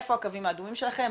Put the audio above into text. איפה הקווים האדומים שלכם,